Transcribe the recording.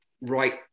right